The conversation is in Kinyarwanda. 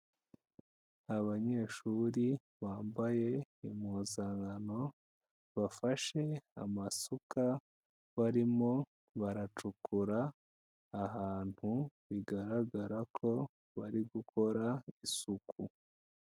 Abanyeshuri bambaye impuzagano, bafashe amasuka, barimo baracukura ahantu, bigaragara ko bari gukora isuku,